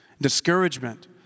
discouragement